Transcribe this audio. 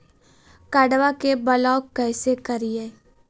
कार्डबा के ब्लॉक कैसे करिए?